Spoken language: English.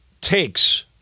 takes